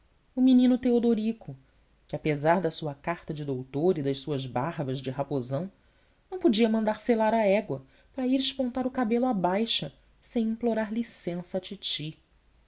o menino teodorico que apesar da sua carta de doutor e das suas barbas de raposão não podia mandar selar a égua para ir espontar o cabelo à baixa sem implorar licença à titi